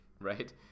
right